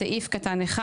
בסעיף קטן (1),